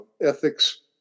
ethics